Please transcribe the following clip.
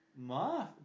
Ma